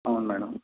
అవును మేడం